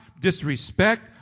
disrespect